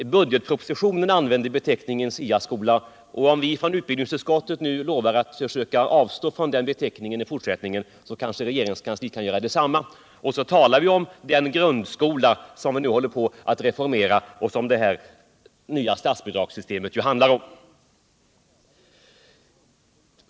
F budgetpropositionen används beteckningen SIA-skola, och om vi från utbildningsutskottet nu lovar att i fortsättningen försöka avstå från den beteckningen kanske regeringskansliet kan göra detsamma. I stället talar vi om den grundskola som vi nu håller på att reformera och som det nya statsbidragssystemet handlar om.